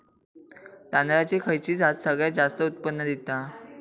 तांदळाची खयची जात सगळयात जास्त उत्पन्न दिता?